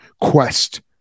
quest